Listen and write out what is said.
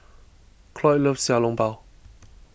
Cloyd loves Xiao Long Bao